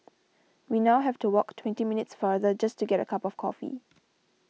we now have to walk twenty minutes farther just to get a cup of coffee